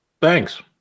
Thanks